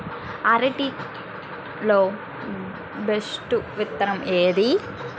అరటి లో బెస్టు విత్తనం ఏది?